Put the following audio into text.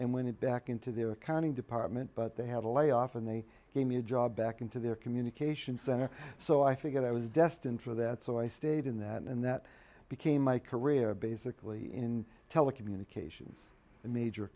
and went back into the accounting department but they had a layoff and they gave me a job back into their communications center so i figured i was destined for that so i stayed in that and that became my career basically in telecommunications and major